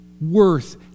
worth